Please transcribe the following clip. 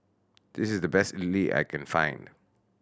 this is the best Idili I can find